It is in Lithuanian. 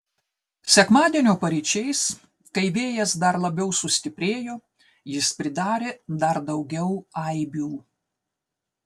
sekmadienio paryčiais kai vėjas dar labiau sustiprėjo jis pridarė dar daugiau aibių